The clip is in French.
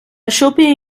chopé